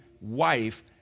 wife